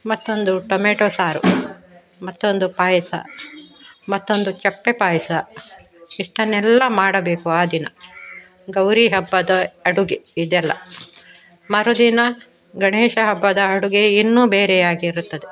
ಮತ್ತೊಂದು ಟೊಮೆಟೊ ಸಾರು ಮತ್ತೊಂದು ಪಾಯಸ ಮತ್ತೊಂದು ಚಪ್ಪೆ ಪಾಯಸ ಇಷ್ಟನ್ನೆಲ್ಲ ಮಾಡಬೇಕು ಆ ದಿನ ಗೌರಿ ಹಬ್ಬದ ಅಡುಗೆ ಇದೆಲ್ಲ ಮರುದಿನ ಗಣೇಶ ಹಬ್ಬದ ಅಡುಗೆ ಇನ್ನೂ ಬೇರೆಯಾಗಿರುತ್ತದೆ